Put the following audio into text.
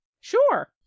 Sure